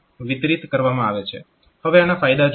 હવે આના ફાયદા જોઈએ